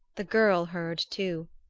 the girl heard too.